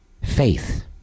faith